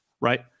right